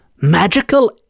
magical